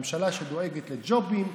ממשלה שדואגת לג'ובים,